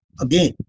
again